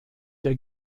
der